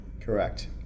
Correct